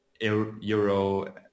Euro